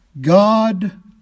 God